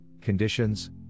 conditions